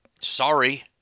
Sorry